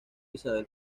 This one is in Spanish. isabel